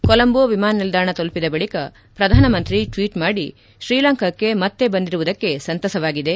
ಕೊಲಂಬೋ ವಿಮಾನ ನಿಲ್ದಾಣ ತಲುಪಿದ ಬಳಿಕ ಪ್ರಧಾನಮಂತ್ರಿ ಟ್ವೀಟ್ ಮಾಡಿ ಶ್ರೀಲಂಕಾಕ್ಷೆ ಮತ್ತೆ ಬಂದಿರುವುದಕ್ಕೆ ಸರತಸವಾಗಿದೆ